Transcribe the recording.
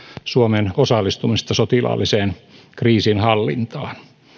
suomen osallistumisesta sotilaalliseen kriisinhallintaan